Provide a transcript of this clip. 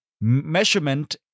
measurement